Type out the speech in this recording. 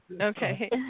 Okay